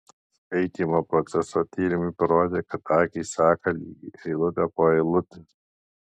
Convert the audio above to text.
skaitymo proceso tyrimai parodė kad akys seka lygiai eilutę po eilutės